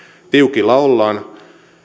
tiukilla ollaan